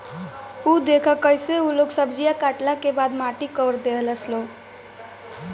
उ देखऽ कइसे उ लोग सब्जीया काटला के बाद माटी कोड़ देहलस लो